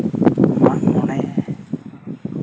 ᱢᱟᱜ ᱢᱚᱬᱮ